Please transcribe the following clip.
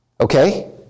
Okay